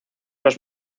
los